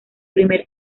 primer